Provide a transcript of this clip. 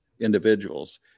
individuals